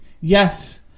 yes